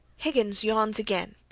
higgins yawns again,